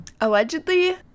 Allegedly